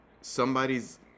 somebody's